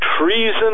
Treason